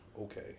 Okay